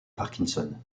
parkinson